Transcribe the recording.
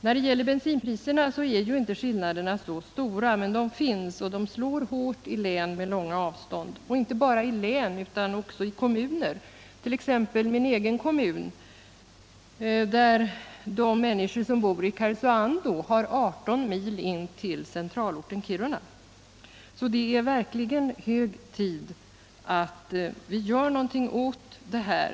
När det gäller bensinpriserna är inte skillnaderna så stora, men de finns, och de slår hårt i län med långa avstånd — och inte bara i län utan också i kommuner, t.ex. i min egen kommun, där de som bor i Karesuando har 18 mil till centralorten Kiruna. Det är verkligen hög tid att vi gör något åt detta.